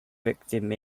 victim